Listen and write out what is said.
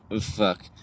fuck